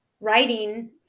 writing